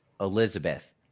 Elizabeth